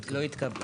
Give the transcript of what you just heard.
התקבלה.